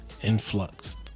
influxed